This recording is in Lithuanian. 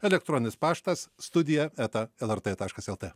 elektroninis paštas studija eta lrt taškas lt